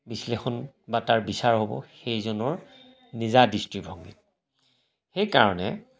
বিশ্লেষণ বা তাৰ বিচাৰ হ'ব সেইজনৰ নিজা দৃষ্টিভংগীত সেইকাৰণে